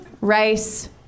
rice